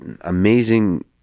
amazing